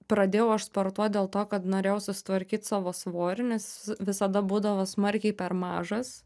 pradėjau aš sportuot dėl to kad norėjau susitvarkyt savo svorį nes visada būdavo smarkiai per mažas